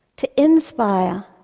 to inspire,